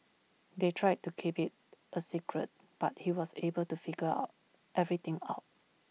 they tried to keep IT A secret but he was able to figure out everything out